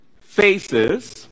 faces